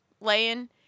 laying